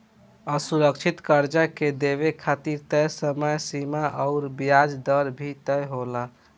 असुरक्षित कर्जा के देवे खातिर तय समय सीमा अउर ब्याज दर भी तय होला